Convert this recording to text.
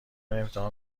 امتحان